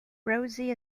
rosie